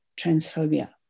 transphobia